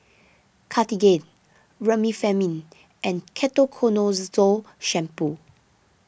Cartigain Remifemin and Ketoconazole Shampoo